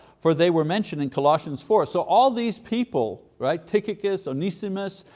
for they were mentioned in colossians four. so all these people, right, tychicus, onesimus,